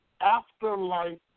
afterlife